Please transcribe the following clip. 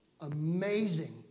amazing